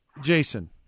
Jason